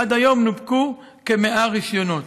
עד היום נופקו כ-100 רישיונות.